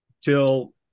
till